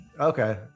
Okay